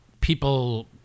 people